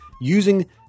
using